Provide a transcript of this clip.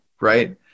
right